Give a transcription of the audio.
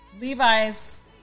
Levi's